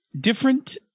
different